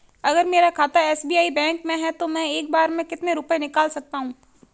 अगर मेरा खाता एस.बी.आई बैंक में है तो मैं एक बार में कितने रुपए निकाल सकता हूँ?